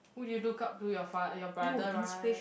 who do you look up to your fa~ your brother right